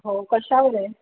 हो कशावर आहे